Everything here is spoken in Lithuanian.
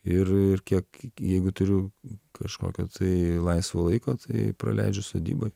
ir kiek jeigu turiu kažkokio tai laisvo laiko tai praleidžiu sodyboj